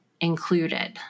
included